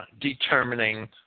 determining